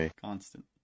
constant